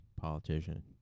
politician